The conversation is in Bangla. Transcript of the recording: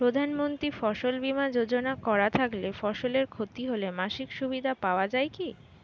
প্রধানমন্ত্রী ফসল বীমা যোজনা করা থাকলে ফসলের ক্ষতি হলে মাসিক সুবিধা পাওয়া য়ায় কি?